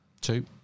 two